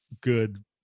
good